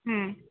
হুম